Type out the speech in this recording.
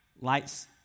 Lights